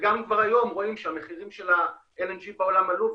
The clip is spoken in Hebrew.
גם היום רואים שהמחירים של ה-LNG בעולם עלו,